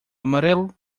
amarelo